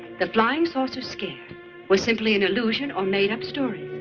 the flying saucer scare was simply an illusion or madeup story.